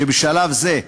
שבשלב זה,